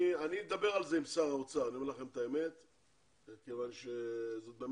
אני אדבר על זה עם שר האוצר כיוון שזאת לא